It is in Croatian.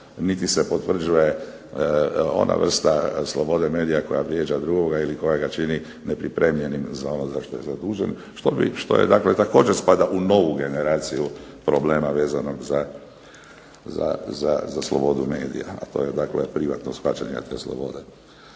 niti se potvrđuje ona vrsta slobode medija koja vrijeđa drugoga ili koja ga čini nepripremljenim za ono za što je zadužen, što je dakle spada u novu generaciju problema vezanog za slobodu medija, a to je privatno shvaćanje te slobode.